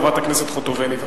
חברת הכנסת חוטובלי.